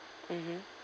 mmhmm